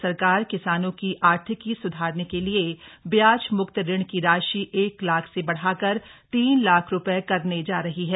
राज्य सरकार किसानों की आर्थिकी स्धारने के लिए ब्याज मुक्त ऋण की राशि एक लाख से बढ़ाकर तीन लाख रूपये करने जा रही है